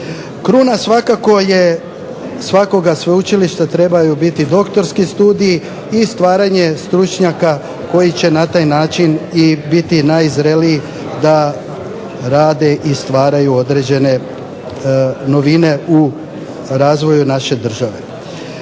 Kruna svakako je svakoga sveučilišta, trebaju biti doktorski studiji i stvaranje stručnjaka koji će na taj način i biti najzreliji da rade i stvaraju određene novine u razvoju naše države.